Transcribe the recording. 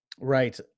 Right